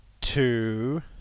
two